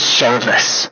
service